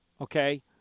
Okay